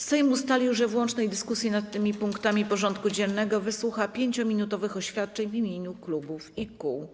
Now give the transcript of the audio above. Sejm ustalił, że w łącznej dyskusji nad tymi punktami porządku dziennego wysłucha 5-minutowych oświadczeń w imieniu klubów i kół.